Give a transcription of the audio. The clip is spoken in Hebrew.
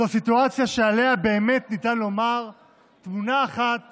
זו סיטואציה שעליה באמת ניתן לומר שתמונה אחת